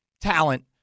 talent